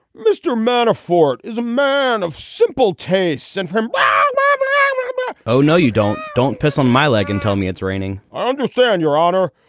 mr. manafort is a man of simple tastes and firm oh, no, you don't. don't piss on my leg and tell me it's raining i understand, your honor,